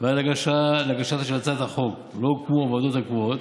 עד להגשתה של הצעת החוק לא הוקמו הוועדות הקבועות,